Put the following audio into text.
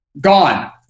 gone